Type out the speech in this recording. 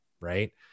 right